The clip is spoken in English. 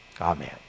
amen